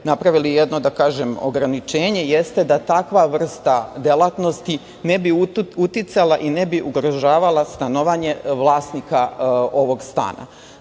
napravili jedno ograničenje, jeste da takva vrsta delatnosti ne bi uticala i ugrožavala stanovanje vlasnika ovog stana. Mi